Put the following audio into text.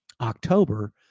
October